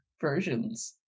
versions